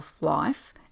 life